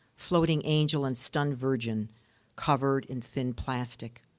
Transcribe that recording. floating angel and stunned virgin covered in thin plastic.